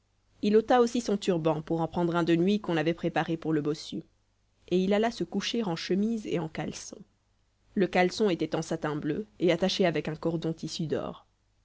il ôta aussi son turban pour en prendre un de nuit qu'on avait préparé pour le bossu et il alla se coucher en chemise et en caleçon le caleçon était en satin bleu et attaché avec un cordon tissu d'or